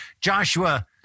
Joshua